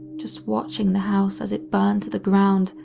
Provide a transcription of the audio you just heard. just watching the house as it burned to the ground,